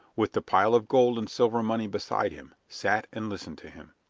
with the pile of gold and silver money beside him, sat and listened to him.